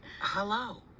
Hello